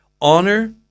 Honor